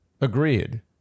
agreed